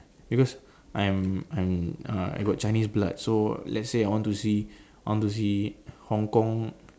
because I'm I'm uh I got Chinese blood so let's say I want to see I want to see Hong-Kong